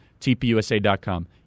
tpusa.com